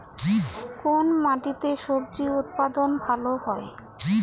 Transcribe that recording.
কোন মাটিতে স্বজি উৎপাদন ভালো হয়?